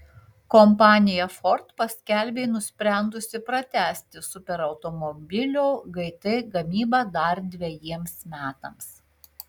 kompanija ford paskelbė nusprendusi pratęsti superautomobilio gt gamybą dar dvejiems metams